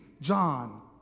John